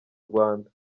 rwanda